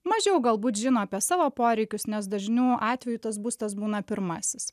mažiau galbūt žino apie savo poreikius nes dažniu atveju tas būstas būna pirmasis